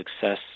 success